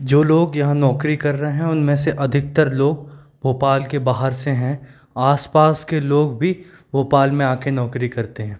जो लोग यहाँ नौकरी कर रहे हैं उनमें से अधिकतर लोग भोपाल के बाहर से हैं आस पास के लोग भी भोपाल में आ के नौकरी करते हैं